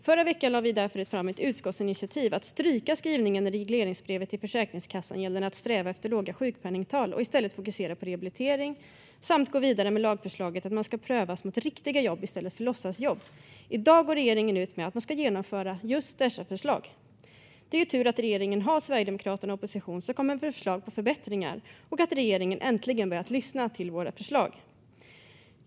Förra veckan lade vi fram ett förslag till utskottsinitiativ som innebär att stryka skrivningen i regleringsbrevet till Försäkringskassan gällande att sträva efter låga sjukskrivningstal och i stället fokusera på rehabilitering samt gå vidare med lagförslaget att den sjukskrivne ska prövas mot riktiga jobb i stället för låtsasjobb. I dag går regeringen ut med att man ska genomföra just dessa förslag. Det är tur att regeringen har Sverigedemokraterna i opposition som kommer med förslag till förbättringar och att regeringen äntligen har börjat lyssna till våra förslag.